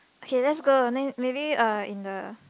K let's go online maybe uh in the